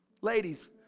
Ladies